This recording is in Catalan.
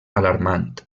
alarmant